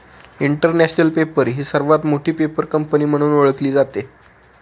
international Paper ही सर्वात मोठी पेपर कंपनी म्हणून ओळखली जाते